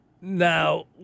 Now